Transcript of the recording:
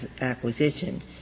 acquisition